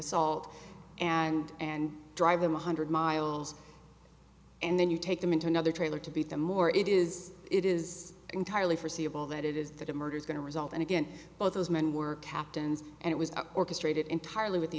assault and and drive them one hundred miles and then you take them into another trailer to beat them or it is it is entirely forseeable that it is that a murder is going to result and again both those men were captains and it was orchestrated entirely with the